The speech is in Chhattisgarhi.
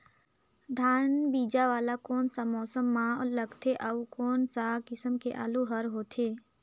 धान बीजा वाला कोन सा मौसम म लगथे अउ कोन सा किसम के आलू हर होथे?